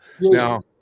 Now